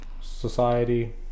society